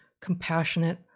compassionate